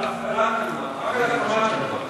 על הפעלת הנמל.